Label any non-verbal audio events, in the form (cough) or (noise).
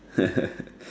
(laughs)